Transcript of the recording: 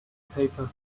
paper